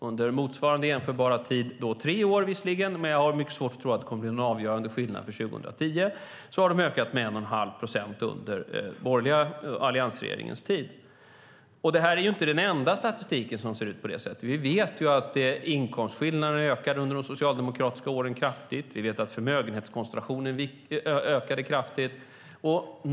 Under motsvarande jämförbara tid under alliansregeringen - det är visserligen tre år, men jag har mycket svårt att tro att det kommer att bli någon avgörande skillnad för 2010 - har det ökat med 1 1⁄2 procent. Det här är inte den enda statistiken som ser ut på det sättet. Vi vet ju att inkomstskillnaderna ökade kraftigt under de socialdemokratiska åren, och vi vet att även förmögenhetskoncentrationen ökade kraftigt.